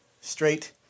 straight